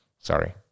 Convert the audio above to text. Sorry